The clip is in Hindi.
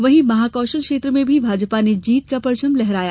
वहीं महाकौशल क्षेत्र में भी भाजपा ने जीत का परचम लहराया